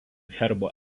herbo